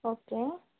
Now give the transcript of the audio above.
okay